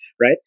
Right